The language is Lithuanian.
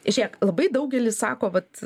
žiūrėk labai daugelis sako vat